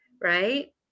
right